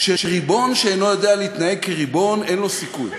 שריבון שאינו יודע להתנהג כריבון אין לו סיכוי.